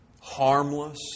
Harmless